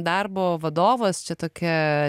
darbo vadovas čia tokia